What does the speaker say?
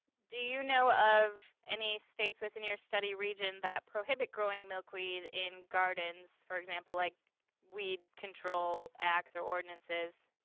do you know of any states within your study region that prohibit growing milkweed in gardens, for example, like weed control acts or ordinances?